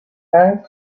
hang